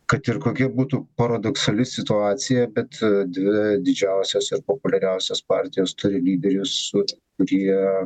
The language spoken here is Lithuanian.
kad ir kokia būtų paradoksali situacija bet dvi didžiausios ir populiariausios partijos turi lyderius kurie